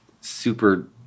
super